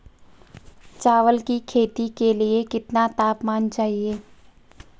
चावल की खेती के लिए कितना तापमान चाहिए?